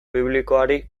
biblikoari